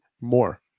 more